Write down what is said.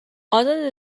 ازاده